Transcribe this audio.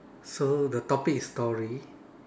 so the topic is story